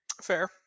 Fair